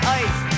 ice